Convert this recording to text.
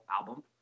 album